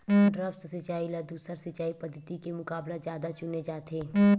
द्रप्स सिंचाई ला दूसर सिंचाई पद्धिति के मुकाबला जादा चुने जाथे